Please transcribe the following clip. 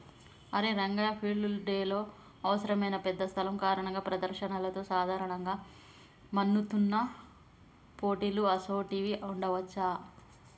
అరే రంగయ్య ఫీల్డ్ డెలో అవసరమైన పెద్ద స్థలం కారణంగా ప్రదర్శనలతో సాధారణంగా మన్నుతున్న పోటీలు అసోంటివి ఉండవచ్చా